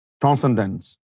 transcendence